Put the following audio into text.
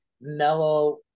mellow